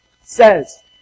says